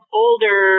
older